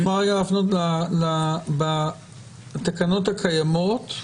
את יכולה להפנות בתקנות הקיימות,